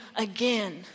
again